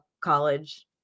college